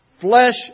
flesh